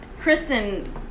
Kristen